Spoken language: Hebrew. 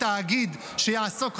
לא מופרט --- תקשיבי עד הסוף,